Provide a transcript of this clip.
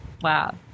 wow